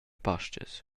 pastgas